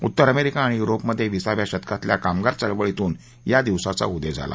उत्तर अमेरिका आणि युरोपमध्ये विसाव्या शतकातल्या कामगार चळवळीतून या दिवसाचा उदय झाला